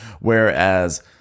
Whereas